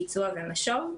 ביצוע ומשוב.